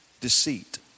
deceit